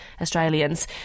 Australians